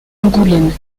angoulême